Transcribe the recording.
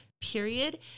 period